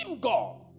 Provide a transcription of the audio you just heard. God